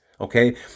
okay